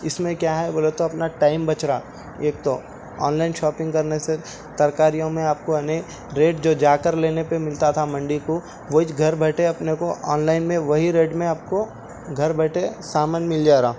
اِس میں کیا ہے بولے تو اپنا ٹائم بچ رہا ایک تو آن لائن شاپنگ کرنے سے ترکاریوں میں آپ کو یعنی ریٹ جو جا کر لینے پہ مِلتا تھا منڈی کو وہی گھر بیٹھے اپنے کو آن لائن میں وہی ریٹ میں آپ کو گھر بیٹھے سامان مِل جا رہا